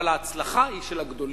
אבל ההצלחה היא של הגדולים,